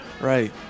Right